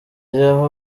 ry’aba